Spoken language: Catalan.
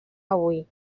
avui